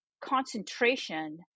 concentration